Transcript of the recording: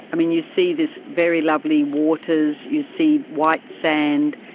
i mean, you see this very lovely waters, you see white sand,